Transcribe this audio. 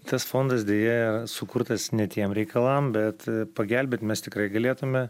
tas fondas deja sukurtas ne tiem reikalam bet pagelbėt mes tikrai galėtume